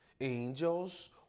angels